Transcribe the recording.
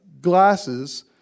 glasses